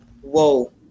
whoa